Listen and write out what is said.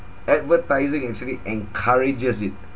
advertising actually encourages it